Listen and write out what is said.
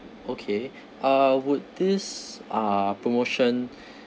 okay uh would this uh promotion